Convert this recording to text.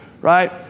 right